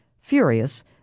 Furious